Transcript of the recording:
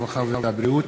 הרווחה והבריאות